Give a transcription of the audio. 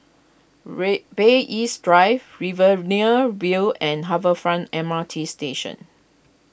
ray Bay East Drive Riverina View and Harbour Front M R T Station